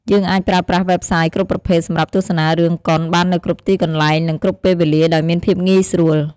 យើងអាចប្រើប្រាស់វេបសាយគ្រប់ប្រភេទសម្រាប់ទស្សនារឿងកុនបាននៅគ្រប់ទីកន្លែង នឹងគ្រប់ពេលវេលាដោយមានភាពងាយស្រួល។